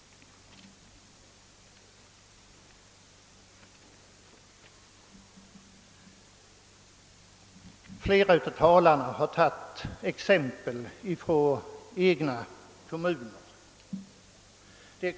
Flera av talarna i denna debatt har anfört exempel från sina egna hemkommuner.